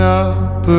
up